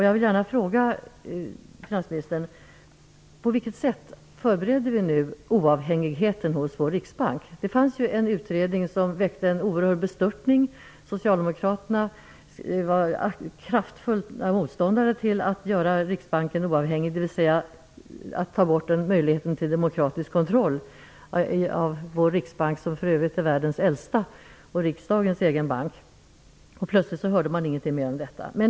Jag vill gärna fråga finansministern: På vilket sätt förbereder regeringen nu Riksbankens oavhängighet? Det gjordes en utredning som väckte en oerhörd bestörtning. Socialdemokraterna var kraftfulla motståndare till att göra Riksbanken oavhängig, dvs. att ta bort möjligheten till demokratisk kontroll av vår riksbank, som för övrigt är världens äldsta och riksdagens egen bank. Plötsligt hörde man ingenting mer om detta.